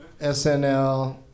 SNL